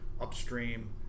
upstream